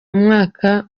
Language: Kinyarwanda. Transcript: umwaka